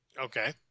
Okay